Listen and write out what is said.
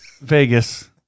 Vegas